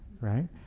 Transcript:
right